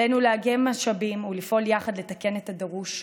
עלינו לאגם משאבים ולפעול יחד לתקן את הדרוש כעת,